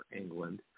England